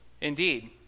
Indeed